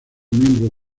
miembro